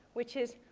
which is,